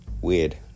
weird